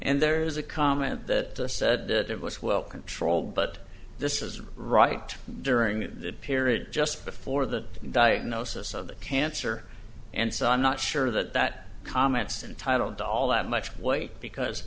and there is a comment that said that it was well controlled but this isn't right during the period just before the diagnosis of the cancer and so i'm not sure that that comments untitled all that much weight because